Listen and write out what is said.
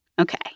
Okay